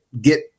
get